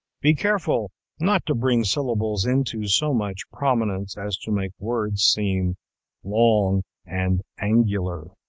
be careful not to bring syllables into so much prominence as to make words seem long and angular.